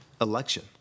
election